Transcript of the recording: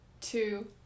two